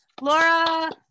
Laura